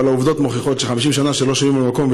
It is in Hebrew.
אבל העובדות מוכיחות ש-50 שנה לא שומעים על המקום,